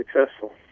successful